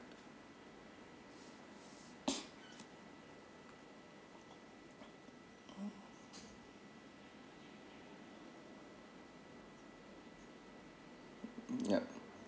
yup